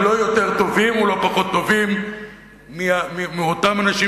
הם לא יותר טובים ולא פחות טובים מאותם אנשים